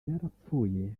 yarapfuye